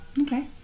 Okay